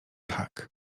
tak